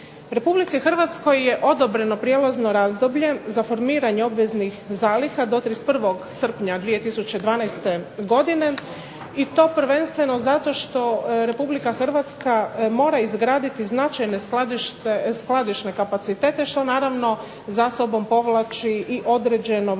Energetika. RH je odobreno prijelazno razdoblje za formiranje obveznih zaliha do 31. srpnja 2012. godine i to prvenstveno zato što RH mora izgraditi značajna skladišne kapacitete što naravno za sobom povlači i određeno vrijeme,